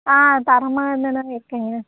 ஆ தரமாக இருக்குதுங்க